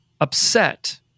upset